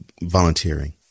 volunteering